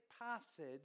passage